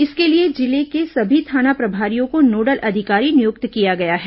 इसके लिए जिले के सभी थाना प्रभारियों को नोडल अधिकारी नियुक्त किया गया है